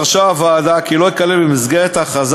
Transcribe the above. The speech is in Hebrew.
דרשה הוועדה כי לא ייכלל במסגרת ההכרזה